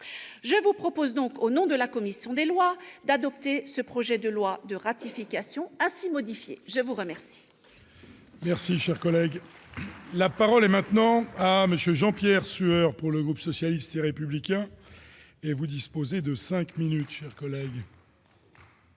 Je vous propose donc, au nom de la commission des lois, d'adopter ce projet de loi de ratification ainsi modifié. La parole